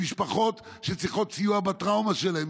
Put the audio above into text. אלה משפחות שצריכות סיוע בטראומה שלהן,